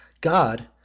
God